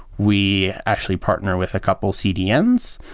we actually partner with a couple cdn's,